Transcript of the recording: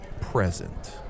present